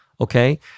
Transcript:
Okay